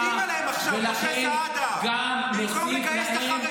ולכן גם נוסיף להם,